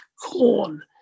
corn